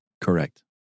Correct